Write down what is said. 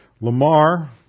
Lamar